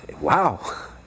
wow